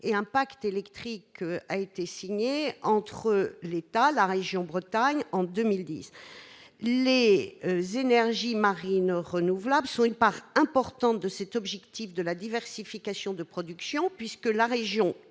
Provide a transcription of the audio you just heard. et un pacte électrique a été signé entre l'État, la région Bretagne en 2010 Les énergies marines renouvelables, soit une partie importante de cet objectif de la diversification de production puisque la région